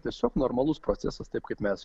tiesiog normalus procesas taip kaip mes